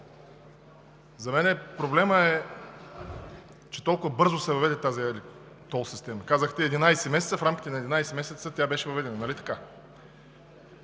За мен проблемът е, че толкова бързо се въведе тази тол система. Казахте: „11 месеца – в рамките на 11 месеца тя беше въведена“, нали така?!